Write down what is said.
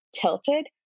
tilted